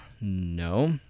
no